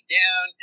down